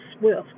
swift